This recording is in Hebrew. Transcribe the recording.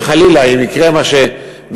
שחלילה אם יקרה משהו,